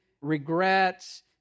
regrets